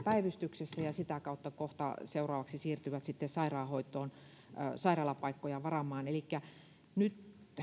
päivystyksessä ja kohta siirtyvät sitä kautta seuraavaksi sairaanhoitoon sairaalapaikkoja varaamaan elikkä nyt